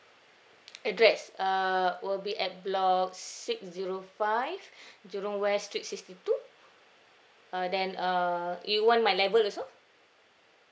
address uh will be at block six zero five jurong west street sixty two uh then uh it want my level also